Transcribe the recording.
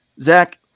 Zach